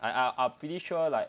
I I'm pretty sure like